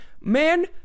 Man